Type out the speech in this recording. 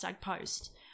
post